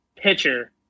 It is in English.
pitcher